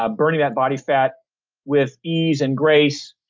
ah burning that body fat with ease and grace,